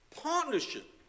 partnership